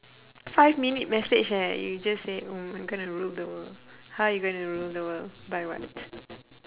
five minute message eh you just say mm I'm gonna rule the world how you gonna rule the world by what